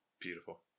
beautiful